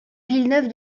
villeneuve